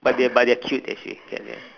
but they're but they're cute actually